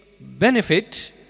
benefit